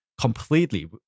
completely